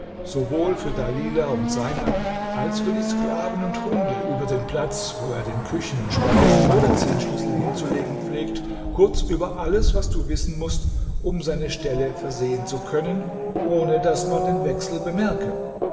sowohl für dalilah und seinab als für die sklaven und hunde über den platz wo er den küchen und speisenmagazinschlüssel hinzulegen pflegt kurz über alles was du wissen mußt um seine stelle versehen zu können ohne daß man den wechsel bemerke